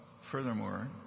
furthermore